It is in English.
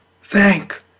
Thank